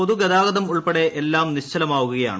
പൊതുഗതാഗതം ഉൾപ്പടെ എല്ലാം നിശ്ചലമാകുകയാണ്